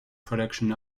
production